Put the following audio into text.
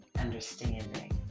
understanding